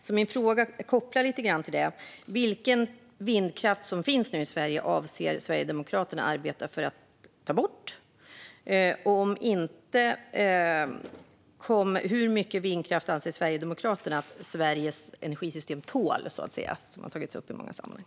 Då är min fråga: Vilken vindkraft i Sverige avser Sverigedemokraterna att arbeta för att ta bort? Om den inte ska tas bort, hur mycket vindkraft anser Sverigedemokraterna att Sveriges energisystem tål? Det har ju tagits upp i många sammanhang.